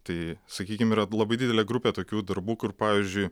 tai sakykim yra labai didelė grupė tokių darbų kur pavyzdžiui